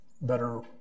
better